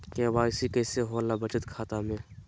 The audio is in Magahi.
के.वाई.सी कैसे होला बचत खाता में?